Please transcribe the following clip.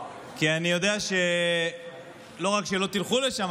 כי אני יודע שלא רק שלא תלכו לשם,